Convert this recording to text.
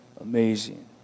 amazing